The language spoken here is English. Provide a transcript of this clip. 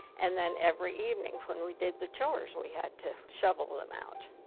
and then every evening when we did the chores, we had to shovel them out.